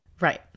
Right